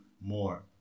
more